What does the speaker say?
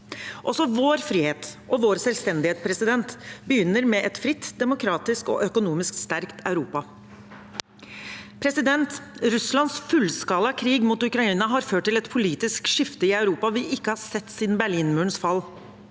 Også vår frihet og vår selvstendighet begynner med et fritt, demokratisk og økonomisk sterkt Europa. Russlands fullskalakrig mot Ukraina har ført til et politisk skifte i Europa vi ikke har sett siden Berlinmu rens fall.